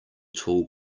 tall